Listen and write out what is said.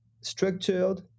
structured